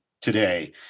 today